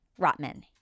Rotman